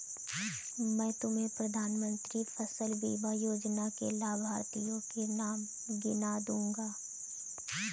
मैं तुम्हें प्रधानमंत्री फसल बीमा योजना के लाभार्थियों के नाम गिना दूँगा